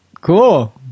cool